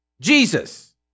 Jesus